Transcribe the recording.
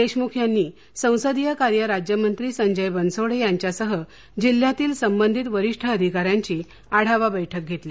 देशमुख यांनी संसदीय कार्य राज्यमंत्री संजय बनसोडे यांच्यासह जिल्ह्यातील संबंधित वरिष्ठ अधिकाऱ्यांची आढावा बैठक घेतली